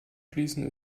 schließen